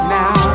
now